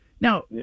Now